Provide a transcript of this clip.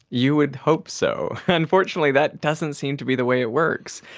you would hope so. unfortunately, that doesn't seem to be the way it works.